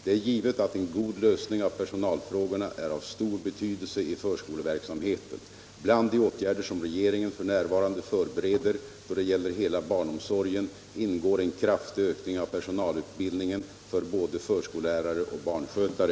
Det är givet att en god lösning av personalfrågorna är av stor betydelse i förskoleverksamheten. Bland de åtgärder som regeringen f.n. förbereder då det gäller hela barnomsorgen ingår en kraftig ökning av personalutbildningen för både förskollärare och barnskötare.